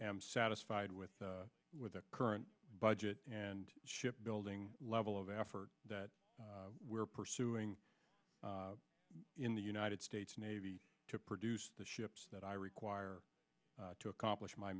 am satisfied with what the current budget and shipbuilding level of effort that we're pursuing in the united states navy to produce the ships that i require to accomplish my